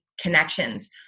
connections